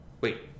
Wait